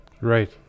Right